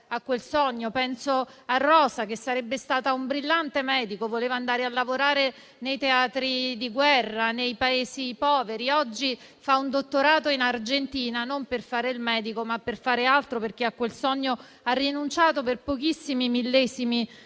a quel sogno. Penso a Rosa, che sarebbe stata un brillante medico e che voleva andare a lavorare nei teatri di guerra e nei Paesi poveri, ma oggi fa un dottorato in Argentina non per fare il medico, ma per fare altro, perché a quel sogno ha rinunciato per pochissimi millesimi